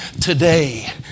today